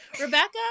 Rebecca